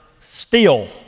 steel